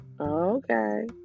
Okay